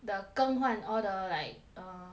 the 更换 all the like err